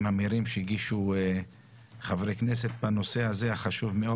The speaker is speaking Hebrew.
המהירים שהגישו חברי כנסת בנושא החשוב הזה.